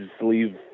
leave